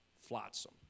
flotsam